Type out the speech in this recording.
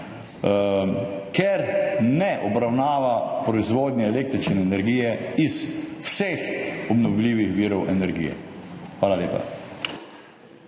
ker ne obravnava proizvodnje električne energije iz vseh obnovljivih virov energije. Hvala lepa.